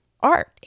art